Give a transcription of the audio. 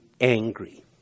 angry